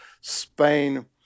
Spain